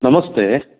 नमस्ते